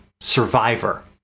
survivor